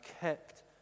kept